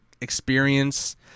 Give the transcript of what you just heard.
experience